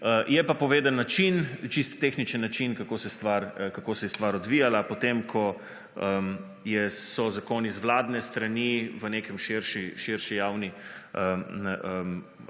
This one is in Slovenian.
je pa povedan način, čisto tehničen način, kako se je stvar odvijala potem, ko so zakoni z vladne strani v nekem širšem javnem